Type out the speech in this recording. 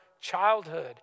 childhood